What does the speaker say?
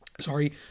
Sorry